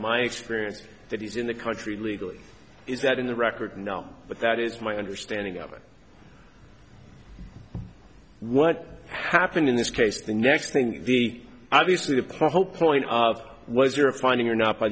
my experience that he's in the country illegally is that in the record now but that is my understanding of it what happened in this case the next thing the obviously the pope point of was your finding or not by